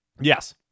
Yes